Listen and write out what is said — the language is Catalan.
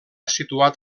situat